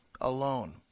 alone